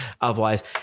Otherwise